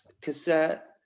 cassette